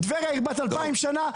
טבריה היא בת 2,000 שנה,